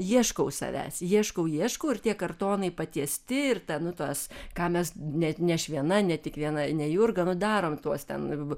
ieškau savęs ieškau ieškau ir tie kartonai patiesti ir ten nu tas ką mes ne aš ne tik viena ne tik viena nu darom tuos ten